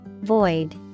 Void